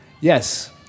yes